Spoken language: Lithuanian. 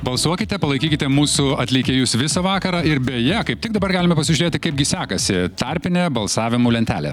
balsuokite palaikykite mūsų atlikėjus visą vakarą ir beje kaip tik dabar galime pasižiūrėti kaipgi sekasi tarpinė balsavimų lentelė